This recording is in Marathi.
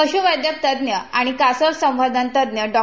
पश्वैद्यकतज्ज्ञ आणि कासव संवर्धन तज्ज्ञ डॉ